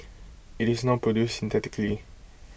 IT is now produced synthetically